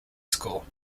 school